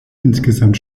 insgesamt